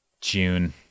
June